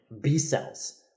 B-cells